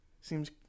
seems